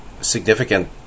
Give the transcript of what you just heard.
significant